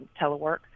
telework